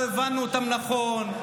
לא הבנו אותם נכון,